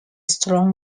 strong